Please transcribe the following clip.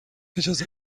اجازه